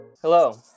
Hello